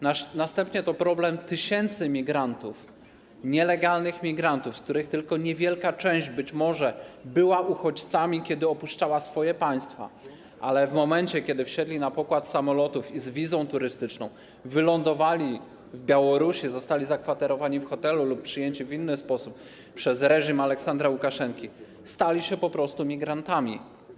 Następnie to problem tysięcy migrantów, nielegalnych migrantów, z których tylko niewielka część być może była uchodźcami, kiedy opuszczała swoje państwa, ale w momencie kiedy wsiedli na pokład samolotów i z wizą turystyczną wylądowali w Białorusi, zostali zakwaterowani w hotelu lub przyjęci w inny sposób przez reżim Aleksandra Łukaszenki, stali się po prostu migrantami.